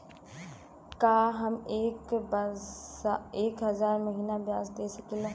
का हम एक हज़ार महीना ब्याज दे सकील?